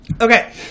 Okay